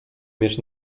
mieć